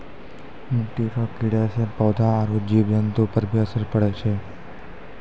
मिट्टी रो कीड़े से पौधा आरु जीव जन्तु पर भी असर पड़ै छै